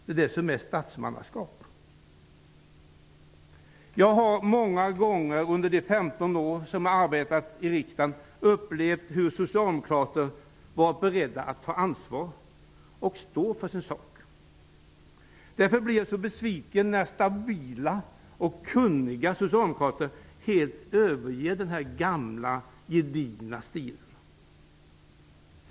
Det är detta som är statsmannaskap. Jag har många gånger under de 15 år som jag arbetat i riksdagen upplevt att socialdemokrater varit beredda att ta ansvar och att stå för sin sak. Därför blir jag så besviken när stabila och kunniga socialdemokrater helt överger den här gamla gedigna stilen.